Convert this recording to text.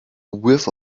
whiff